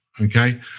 okay